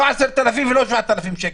לא 10,000 ולא 9,000 שקל.